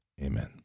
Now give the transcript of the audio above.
Amen